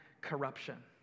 corruption